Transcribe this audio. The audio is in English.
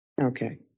Okay